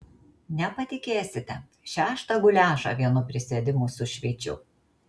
nepatikėsite šeštą guliašą vienu prisėdimu sušveičiau